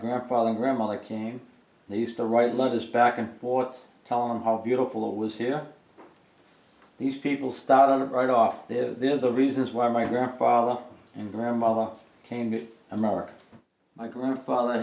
grandfather and grandmother came they used to write letters back and forth telling how beautiful it was here these people started right off there the reasons why my grandfather and grandmother came to america my grandfather